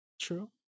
True